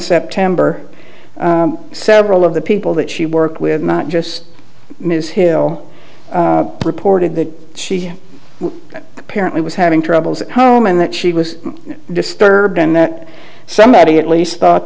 september several of the people that she worked with not just ms hill reported that she apparently was having troubles at home and that she was disturbed and that somebody at least thought